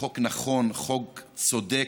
חוק נכון, חוק צודק,